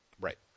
Right